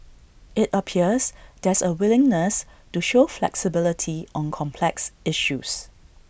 IT appears there's A willingness to show flexibility on complex issues